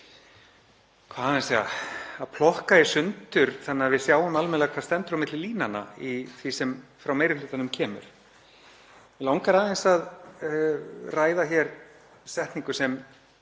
okkur að plokka í sundur þannig að við sjáum almennilega hvað stendur á milli línanna í því sem frá meiri hlutanum kemur. Mig langar aðeins að ræða hér setningu sem